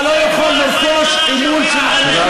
אתה לא יכול לרכוש אמון של אנשים בכוח,